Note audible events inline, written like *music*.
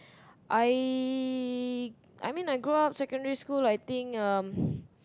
I I mean I grow up secondary school I think um *breath*